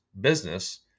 business